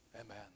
Amen